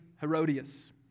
Herodias